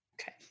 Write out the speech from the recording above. Okay